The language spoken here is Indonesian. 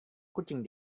kucing